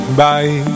bye